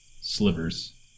slivers